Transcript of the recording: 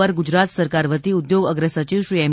પર ગુજરાત સરકાર વતી ઉદ્યોગ અગ્રસચિવ શ્રી એમ